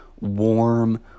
warm